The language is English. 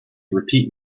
repeat